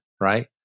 right